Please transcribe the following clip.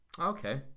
Okay